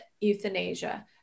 euthanasia